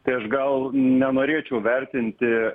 tai aš gal nenorėčiau vertinti